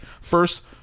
first